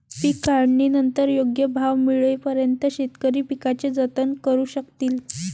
पीक काढणीनंतर योग्य भाव मिळेपर्यंत शेतकरी पिकाचे जतन करू शकतील